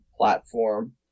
platform